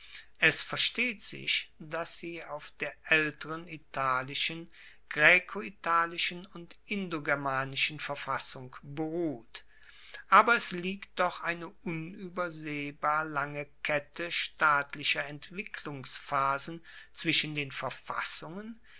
es versteht sich dass sie auf der aelteren italischen graecoitalischen und indogermanischen verfassung beruht aber es liegt doch eine unuebersehbar lange kette staatlicher entwicklungsphasen zwischen den verfassungen